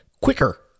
quicker